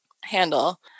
handle